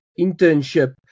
internship